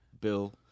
Bill